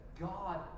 God